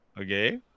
Okay